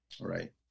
Right